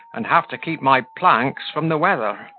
and have to keep my planks from the weather.